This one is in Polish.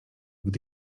gdy